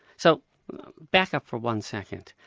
so back up for one second.